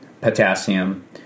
potassium